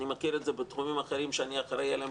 אני מכיר את זה בתחומים אחרים שאני אחראי עליהם,